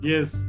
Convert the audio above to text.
Yes